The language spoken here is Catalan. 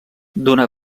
una